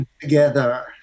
together